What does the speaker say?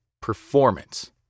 performance